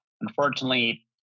unfortunately